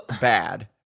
bad